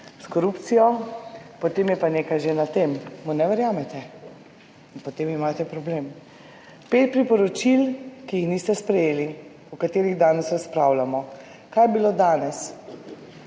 s korupcijo, potem je pa nekaj že na tem. Mu ne verjamete? Potem imate problem. Pet priporočil, ki jih niste sprejeli, o katerih danes razpravljamo. Kaj je bilo danes?